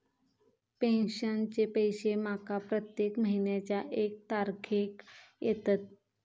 पेंशनचे पैशे माका प्रत्येक महिन्याच्या एक तारखेक येतत